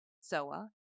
SOA